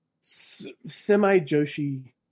semi-joshi